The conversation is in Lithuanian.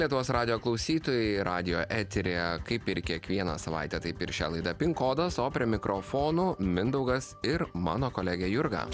lietuvos radijo klausytojai radijo eteryje kaip ir kiekvieną savaitę taip ir šią laidą pin kodas o prie mikrofono mindaugas ir mano kolegė jurga